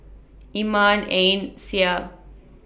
Iman Ain Syah